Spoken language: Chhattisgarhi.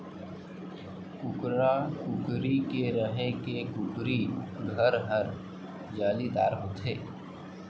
कुकरा, कुकरी के रहें के कुकरी घर हर जालीदार होथे